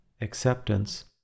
acceptance